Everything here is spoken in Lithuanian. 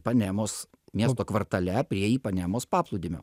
panemos miesto kvartale prie ipanemos paplūdimio